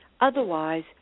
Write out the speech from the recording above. Otherwise